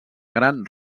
gran